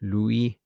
Louis